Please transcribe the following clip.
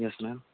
yes ma'am